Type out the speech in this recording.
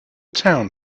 town